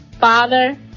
father